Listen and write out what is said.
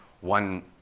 one